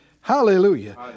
hallelujah